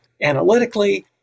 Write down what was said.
analytically